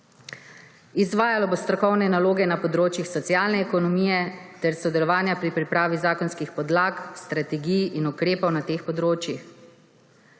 Izvajalo bo strokovne naloge na področjih socialne ekonomije ter sodelovanja pri pripravi zakonskih podlag, strategij in ukrepov na teh področjih.